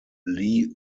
lee